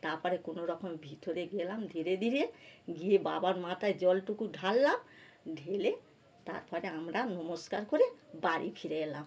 তারপরে কোনোরকম ভিতরে গেলাম ধীরে ধীরে গিয়ে বাবার মাথায় জলটুকু ঢাললাম ঢেলে তারপরে আমরা নমস্কার করে বাড়ি ফিরে এলাম